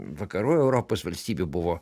vakarų europos valstybių buvo